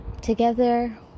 Together